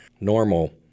normal